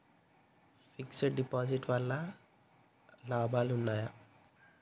Fix డ్ deposit వల్ల లాభాలు ఉన్నాయి?